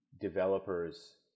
developers